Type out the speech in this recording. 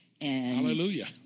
Hallelujah